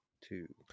two